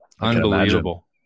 Unbelievable